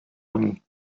oni